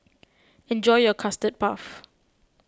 enjoy your Custard Puff